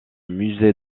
musée